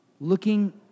Looking